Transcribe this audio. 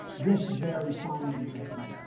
this very finely dressed man,